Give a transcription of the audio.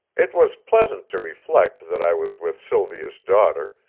it was pleasant to reflect that i was with sylvia's daughter,